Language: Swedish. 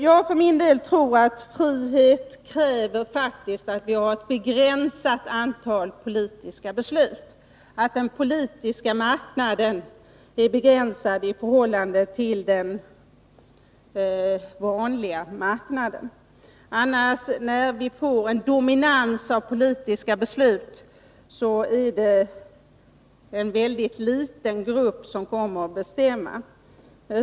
Jag för min del tror att frihet faktiskt kräver att vi har ett begränsat antal politiska beslut, och att den politiska marknaden är begränsad i förhållande till övrig marknad. Får vi en dominans av politiska beslut, blir det en mycket liten grupp som kommer att bestämma.